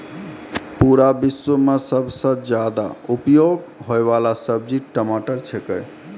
पूरा विश्व मॅ सबसॅ ज्यादा उपयोग होयवाला सब्जी टमाटर छेकै